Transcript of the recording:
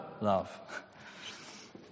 love